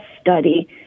study